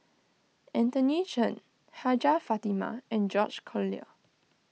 Anthony Chen Hajjah Fatimah and George Collyer